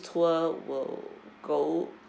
tour will go